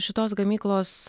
šitos gamyklos